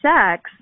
sex